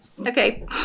Okay